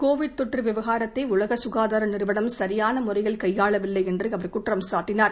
Covid தொற்று விவகாரத்தை உலக சுகாதார நிறுவனம் சரியான முறையில் கையாளவில்லை எள்று அவர் குற்றம் சாட்டினார்